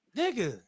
nigga